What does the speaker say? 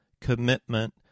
commitment